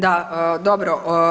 Da, dobro.